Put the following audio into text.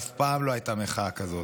ואף פעם לא הייתה מחאה כזאת,